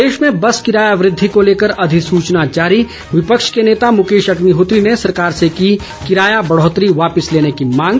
प्रदेश में बस किराया वृद्धि को लेकर अधिसूचना जारी विपक्ष के नेता मुकेश अग्निहोत्री ने सरकार से की किराया बढौतरी वापस लेने की मांग